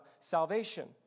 salvation